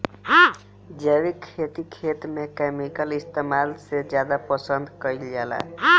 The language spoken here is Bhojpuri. जैविक खेती खेत में केमिकल इस्तेमाल से ज्यादा पसंद कईल जाला